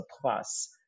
plus